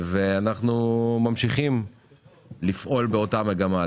אנחנו ממשיכים לפעול באותה מגמה,